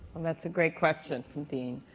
and that's a great question, dean.